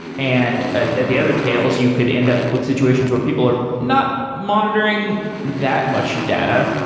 and at at the other tales you could end up with situations or people are not monitoring that much data.